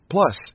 Plus